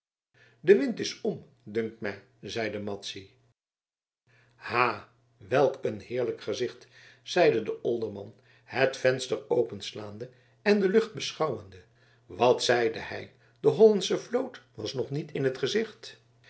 de wind is om dunkt mij zeide madzy ha welk een heerlijk gezicht zeide de olderman het venster openslaande en de lucht beschouwende wat zeide hij de hollandsche vloot was nog niet in t gezicht